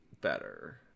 better